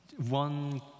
one